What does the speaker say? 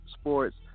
sports